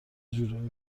جورایی